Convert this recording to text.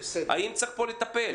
האם צריך פה לטפל.